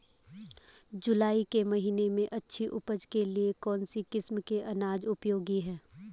जुलाई के महीने में अच्छी उपज के लिए कौन सी किस्म के अनाज उपयोगी हैं?